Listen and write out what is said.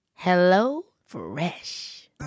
HelloFresh